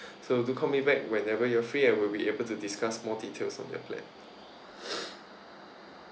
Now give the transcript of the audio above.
so do call me back whenever you're free and we'll be able to discuss more details on your plan